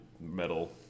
metal